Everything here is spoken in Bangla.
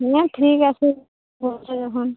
না ঠিক আছে বলছো যখন